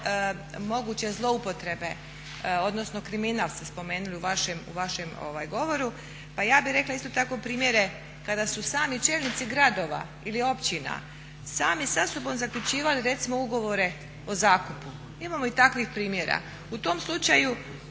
moguće zloupotrebe odnosno kriminal ste spomenuli u vašem govoru. Pa ja bi rekla isto tako primjere kada su sami čelnici gradova ili općina sami sa sobom zaključivali recimo ugovore o zakupu, imamo i takvih primjera, u tom slučaju